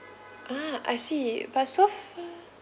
ah I see but so far